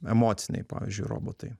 emociniai pavyzdžiui robotai